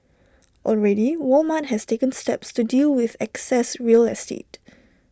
already Walmart has taken steps to deal with excess real estate